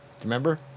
Remember